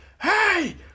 Hey